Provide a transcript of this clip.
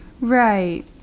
Right